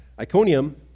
Iconium